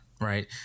right